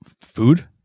food